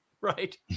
right